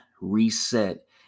reset